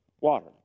water